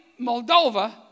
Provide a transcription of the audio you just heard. Moldova